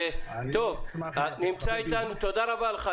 טוב, תודה רבה לך.